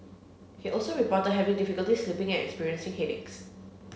he also reported having difficulty sleeping and experiencing headaches